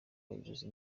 bayobozi